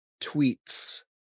tweets